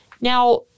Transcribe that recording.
now